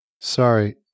Sorry